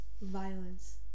violence